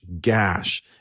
gash